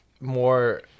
more